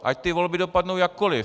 Ať volby dopadnou jakkoliv!